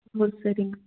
ஓ சரிங்க